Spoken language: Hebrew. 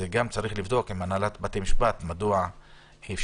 צריך לבדוק עם הנהלת בתי המשפט מדוע אי-אפשר